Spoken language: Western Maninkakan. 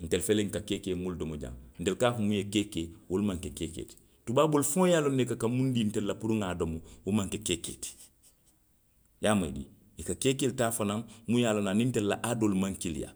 Ntelu fele nka keekee munnu domo jaŋ. ntelu ka a fo muŋ ye keekee. wolu maŋ ke keekee ti. Tubaaboolu faŋo ye a loŋ ne ko i ka muŋ dii ntelu la puru nŋa domo. wo maŋ ke keekee ti. I ye a moyi. I ka keekeelu taa fanaŋ, munnu ye a loŋ aniŋ ntelu la adoolu maŋ kiliŋ yaa.